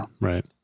right